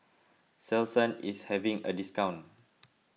Selsun is having a discount